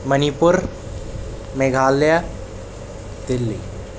منی پور میگھالیا دپلی